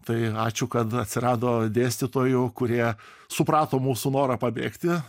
tai ačiū kad atsirado dėstytojų kurie suprato mūsų norą pabėgti